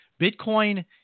Bitcoin